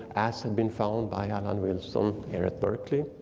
as had been found by allan wilson here at berkeley.